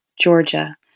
Georgia